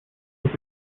with